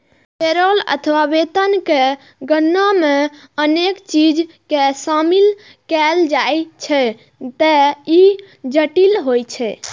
payroll अथवा वेतन के गणना मे अनेक चीज कें शामिल कैल जाइ छैं, ते ई जटिल होइ छै